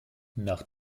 nach